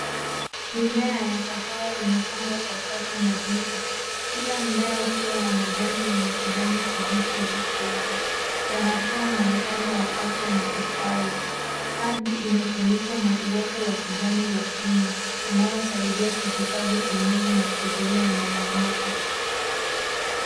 Mimea ya kahawa imepanda kwa safu nadhifu, kila mmea ukiwa na majani yenye kijani kibichi ilichoiva, yanatoa mwonekano wa afya na ustawi. Ardhi imefunikwa na uoto wa kijani wa chini, unaosaidia kuhifadhi unyevu na kuzuia mmomonyoko.